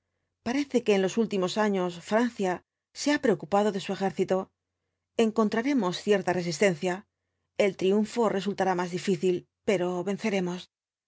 parece quo en los últimos años francia se ha preocupado de su ejército encontraremos cierta resistencia el triunfo resultará más difícil pero venceremos